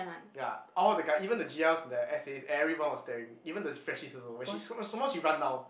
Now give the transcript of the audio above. ya all the guy even the G_Ls the S_As everyone was staring even the freshies also when she some some more she run down